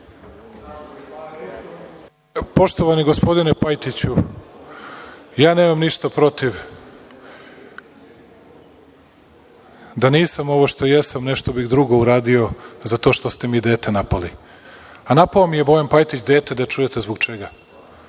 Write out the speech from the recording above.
Poštovani gospodine Pajtiću, ja nemam ništa protiv, da nisam ovo što jesam nešto bih drugo uradio za to što ste mi dete napali, a napao mi je Bojan Pajtić dete, da čujete zbog čega.